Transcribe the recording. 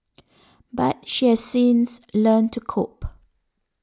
but she has since learnt to cope